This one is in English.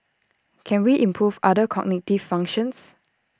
can we improve other cognitive functions